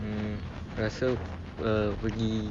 mm rasa err pergi